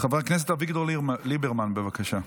חבר הכנסת אביגדור ליברמן, בבקשה.